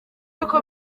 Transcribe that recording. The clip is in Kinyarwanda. y’uko